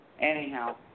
Anyhow